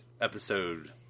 episode